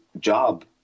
job